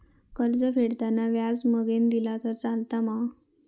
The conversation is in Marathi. कर्ज फेडताना व्याज मगेन दिला तरी चलात मा?